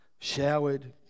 showered